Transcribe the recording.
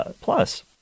Plus